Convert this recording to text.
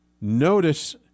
Notice